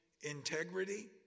integrity